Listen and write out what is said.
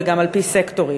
וגם על-פי סקטורים,